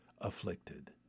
afflicted